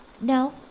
no